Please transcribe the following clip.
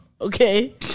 okay